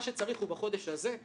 מה שצריך הוא בחודש הזה,